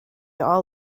all